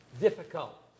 difficult